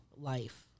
life